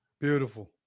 Beautiful